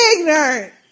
ignorant